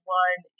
one